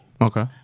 Okay